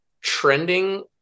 trending